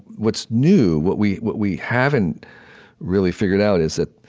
what's new, what we what we haven't really figured out, is that